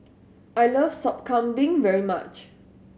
I like Sop Kambing very much